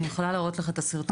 אני יכולה להראות לך את הסרטון.